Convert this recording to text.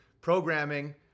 programming